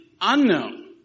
unknown